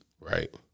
Right